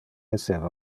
esseva